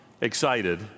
excited